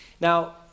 Now